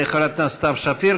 תודה לחברת הכנסת סתיו שפיר.